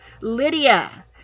Lydia